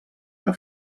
que